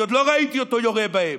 אני עוד לא ראיתי אותו יורה בהם.